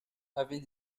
avait